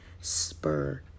spur